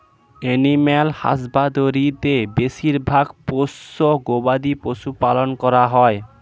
animal husbandry তে বেশিরভাগ পোষ্য গবাদি পশু পালন করা হয়